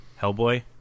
Hellboy